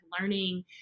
learning